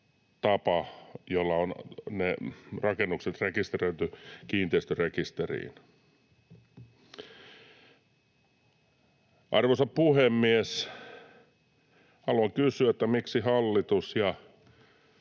rakennukset on rekisteröity kiinteistörekisteriin. Arvoisa puhemies! Haluan kysyä, miksi hallitus ja